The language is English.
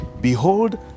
Behold